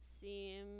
seem